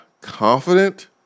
confident